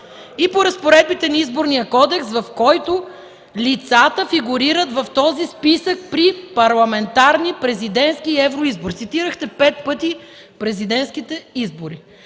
и по разпоредбите на Изборния кодекс, в който лицата фигурират в този списък при парламентарни, президентски и евро избори. Цитирахте пет пъти президентските избори.